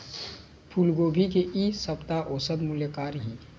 फूलगोभी के इ सप्ता औसत मूल्य का रही?